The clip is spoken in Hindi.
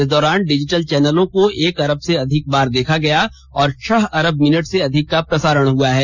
इस दौरान डिजिटल चौनलों को एक अरब से अधिक बार देखा गया और छह अरब मिनट से अधिक का प्रसारण हुआ है